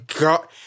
god